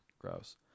Gross